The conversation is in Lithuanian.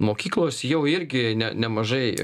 mokyklos jau irgi ne nemažai